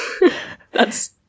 that's-